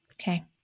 Okay